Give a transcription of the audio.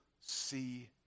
see